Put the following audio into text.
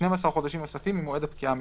12 חודשים נוספים ממועד הפקיעה המקורי,